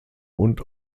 und